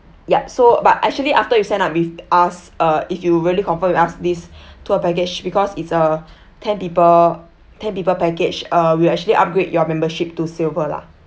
ya so but actually after you sign up with us uh if you really confirm with us this tour package because it's a ten people ten people package uh we'll actually upgrade your membership to silver lah